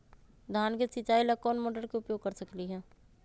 धान के सिचाई ला कोंन मोटर के उपयोग कर सकली ह?